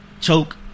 choke